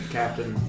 captain